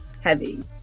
heavy